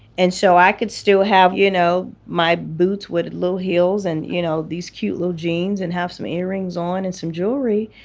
and so i could still have you know my boots with little heels and you know these cute little jeans and have some earrings on and some jewelry.